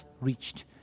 reached